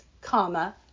comma